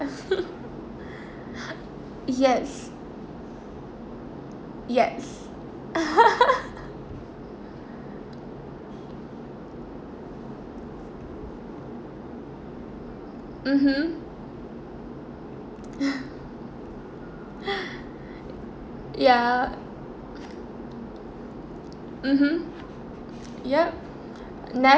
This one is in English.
yes yes mmhmm ya mmhmm yup